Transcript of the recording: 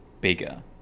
bigger